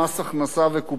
וקופות-החולים,